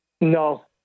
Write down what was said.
No